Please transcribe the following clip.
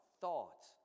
thoughts